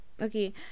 Okay